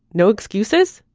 no excuses?